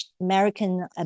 american